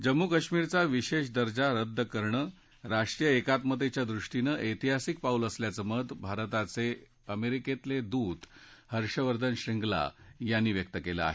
जम्मू कश्मीरचा विशेष दर्जा रद्द करणं राष्ट्रीय एकात्मतेच्या दृष्टीनं ऐतिहासिक पाऊल असल्याचं मत भारताचे अमेरिकेतले राजदूत हर्षवर्धन श्रींगला यांनी व्यक्त केलं आहे